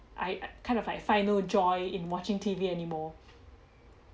I kind of like final joy in watching T_V anymore